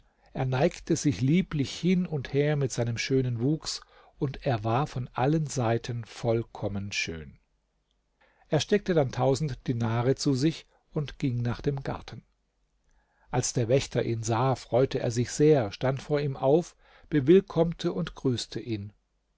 er neigte sich lieblich hin und her mit seinem schönen wuchs und er war von allen seiten vollkommen schön er steckte dann tausend dinare zu sich und ging nach dem garten als der wächter ihn sah freute er sich sehr stand vor ihm auf bewillkommte und grüßte ihn